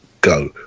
go